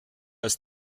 ist